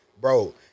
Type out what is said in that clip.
Bro